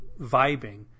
vibing